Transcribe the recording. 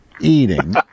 eating